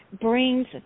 brings